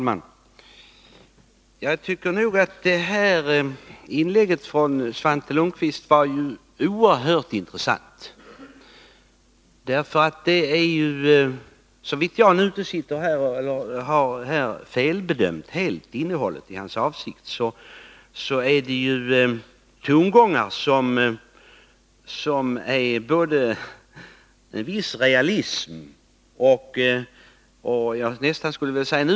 Herr talman! Det här inlägget av Svante Lundkvist var oerhört intressant. Torsdagen den Såvida jag inte helt felbedömt innehållet i vad han sade, är detta tongångar 25 mars 1982 som både innehåller en viss realism och som nästan innebär en utsträckt hand.